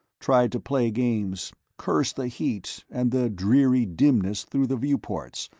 tried to play games, cursed the heat and the dreary dimness through the viewports,